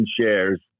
shares